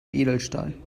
edelstahl